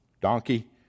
donkey